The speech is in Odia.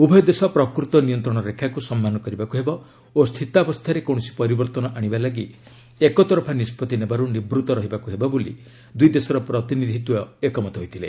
ଉଭୟ ଦେଶ ପ୍ରକୃତ ନିୟନ୍ତ୍ରଣ ରେଖାକୁ ସମ୍ମାନ କରିବାକୁ ହେବ ଓ ସ୍ଥିତାବସ୍ଥାରେ କୌଣସି ପରିବର୍ତ୍ତନ ଆଣିବା ଲାଗି ଏକତରଫା ନିଷ୍କଭି ନେବାରୁ ନିବୃତ ରହିବାକୁ ହେବ ବୋଲି ଦୁଇ ଦେଶର ପ୍ରତିନିଧି ଦ୍ୱୟ ଏକମତ ହୋଇଥିଲେ